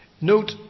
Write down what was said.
note